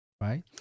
right